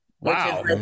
Wow